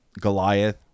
Goliath